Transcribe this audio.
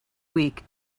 week